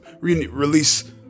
release